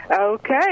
Okay